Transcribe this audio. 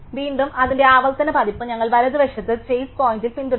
വീണ്ടും അതിന്റെ ആവർത്തന പതിപ്പ് ഞങ്ങൾ വലതുവശത്ത് ചേസ് പോയിന്റ് പിന്തുടരുന്നു